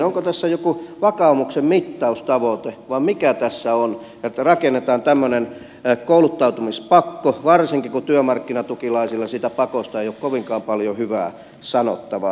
onko tässä joku vakaumuksen mittaustavoite vai mikä tässä on että rakennetaan tämmöinen kouluttautumispakko varsinkin kun työmarkkinatukilaisilla siitä pakosta ei ole kovinkaan paljon hyvää sanottavaa